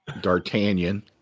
D'Artagnan